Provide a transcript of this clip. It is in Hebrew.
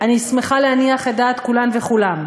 אני שמחה להניח את דעת כולם וכולן: